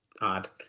odd